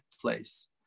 place